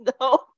no